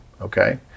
okay